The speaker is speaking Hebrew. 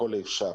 ככל האפשר,